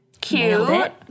Cute